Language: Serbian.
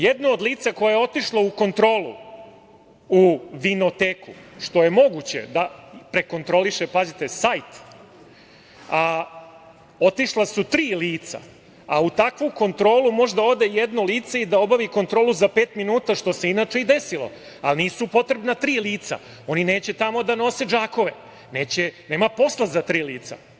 Jedno od lica koje je otišlo u kontrolu u vinoteku, što je moguće da prekontroliše, pazite, sajt, otišla su tri lica a u takvu kontrolu može da ode jedno lice i da obavi kontrolu za pet minuta, što se inače i desilo, ali nisu potrebna tri lica, oni neće tamo da nose džakove, nema posla za tri lica.